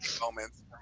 moments